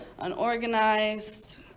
unorganized